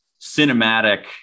cinematic